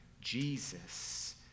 Jesus